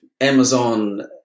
Amazon